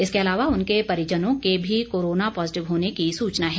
इसके अलावा उनके परिजनों के भी कोरोना पॉजिटिव होने की सुचना है